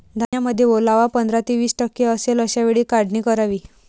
धान्यामध्ये ओलावा पंधरा ते वीस टक्के असेल अशा वेळी काढणी करावी